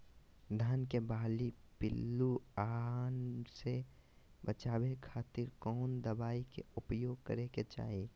धान के बाली पिल्लूआन से बचावे खातिर कौन दवाई के उपयोग करे के चाही?